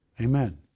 Amen